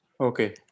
Okay